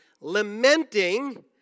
lamenting